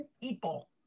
people